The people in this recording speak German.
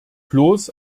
bloß